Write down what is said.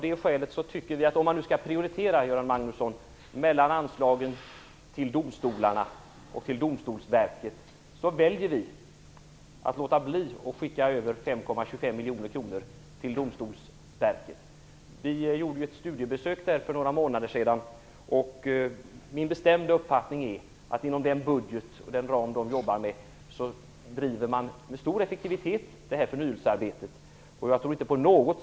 Om man nu skall prioritera mellan anslagen till domstolarna och till Domstolsverket väljer vi därför att låta bli att skicka över 5,25 miljoner kronor till Domstolsverket. Vi gjorde ju ett studiebesök där för några månader sedan, och det är min bestämda uppfattning att man där med stor effektivitet driver förnyelsearbetet inom den budgetram som man arbetar med.